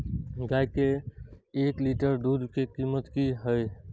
गाय के एक लीटर दूध के कीमत की हय?